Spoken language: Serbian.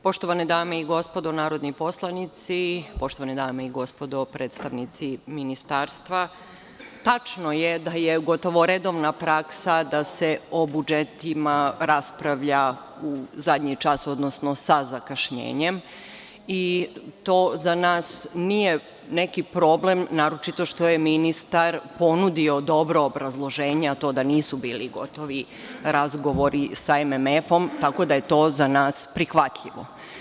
Poštovane dame i gospodo narodni poslanici, poštovani dame i gospodo predstavnici ministarstva, tačno je da je gotovo redovna praksa da se o budžetima raspravlja u zadnji čas, odnosno sa zakašnjenjem i to za nas nije neki problem, naročito što je ministar ponudio dobro obrazloženje, a to da nisu bili gotovi razgovori sa MMF-om, tako da je to za nas prihvatljivo.